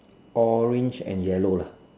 orange and yellow lah